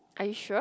are you sure